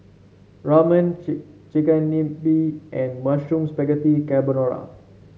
Ramen Chigenabe and Mushroom Spaghetti Carbonara